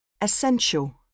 Essential